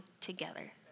together